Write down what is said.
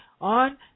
on